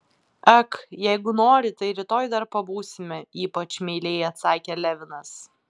ak jeigu nori tai rytoj dar pabūsime ypač meiliai atsakė levinas